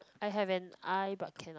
I have an eye but cannot